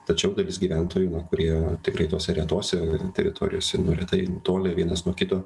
tačiau dalis gyventojų na kurie tikrai tose retose teritorijose nu retai nutolę vienas nuo kito